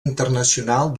internacional